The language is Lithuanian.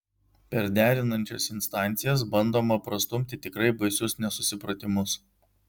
per derinančias instancijas bandoma prastumti tikrai baisius nesusipratimus